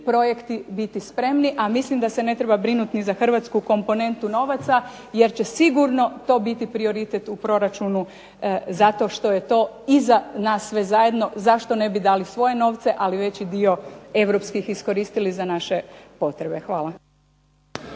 projekti biti spremni. A mislim da se ne treba brinuti za hrvatsku komponentu novaca, jer će sigurno to bio prioritet u proračunu zato što je to i za sve nas zajedno, zašto ne bi dali svoje novce, a veći dio europskih iskoristili za naše potrebe. Hvala.